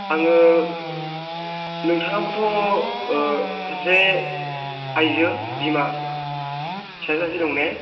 आङो नोंथाङाबोथ' सासे आइजो बिमा फिसाजो सासे दं ने